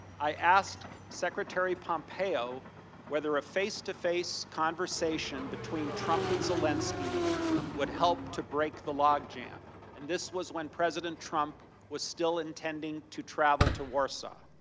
i asked secretary pompeo whether a face to face conversation between trump and zelensky would help to break the logjam and this was when president trump was still intending to travel to warsaw.